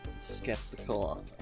skeptical